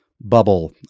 bubble